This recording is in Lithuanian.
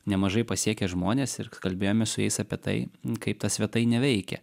nemažai pasiekę žmonės ir kalbėjome su jais apie tai kaip ta svetainė veikia